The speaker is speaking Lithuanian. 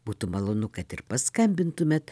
būtų malonu kad ir paskambintumėt